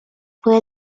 fue